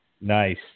Nice